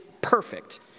perfect